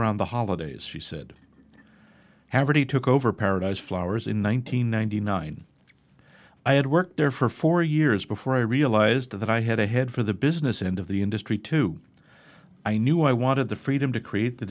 around the holidays she said haverty took over paradise flowers in one thousand nine hundred nine i had worked there for four years before i realized that i had a head for the business end of the industry too i knew i wanted the freedom to create the